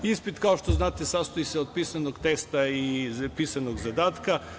Ispit kao što znate sastoji se od pisanog teksta i pisanog zadatka.